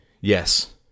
yes